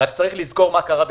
צריך לזכור מה קרה בטבריה.